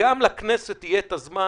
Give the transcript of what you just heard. גם לכנסת יהיה את הזמן.